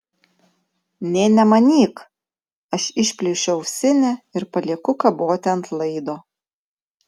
nė nemanyk aš išplėšiu ausinę ir palieku kaboti ant laido